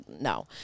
No